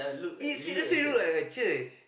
it seriously look like a church